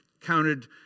counted